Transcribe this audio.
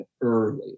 early